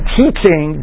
teaching